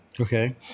okay